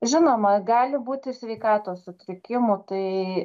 žinoma gali būt ir sveikatos sutrikimų tai